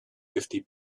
fifty